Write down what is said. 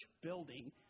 building